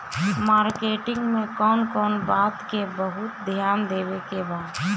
Marketing मे कौन कौन बात के बहुत ध्यान देवे के बा?